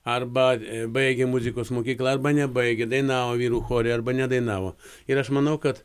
arba baigė muzikos mokyklą arba nebaigė dainavo vyrų chore arba nedainavo ir aš manau kad